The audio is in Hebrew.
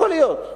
יכול להיות.